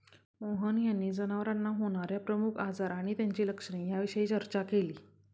मोहन यांनी जनावरांना होणार्या प्रमुख आजार आणि त्यांची लक्षणे याविषयी चर्चा केली